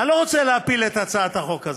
אני לא רוצה להפיל את הצעת החוק הזאת.